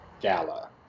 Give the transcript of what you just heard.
Gala